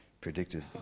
predicted